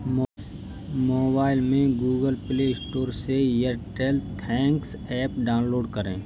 mobile में Google Play Store से Airtel thanks app download करें